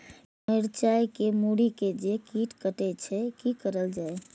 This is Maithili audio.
मिरचाय के मुरी के जे कीट कटे छे की करल जाय?